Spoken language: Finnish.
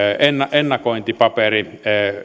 ennakointipaperi